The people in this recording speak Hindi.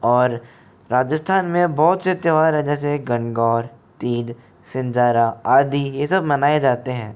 और राजस्थान में बहुत से त्योहार है जैसे गणगौर तीद सिंजारा आदि ये सब मनाए जाते हैं